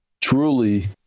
truly